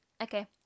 okay